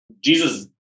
Jesus